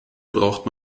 braucht